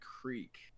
Creek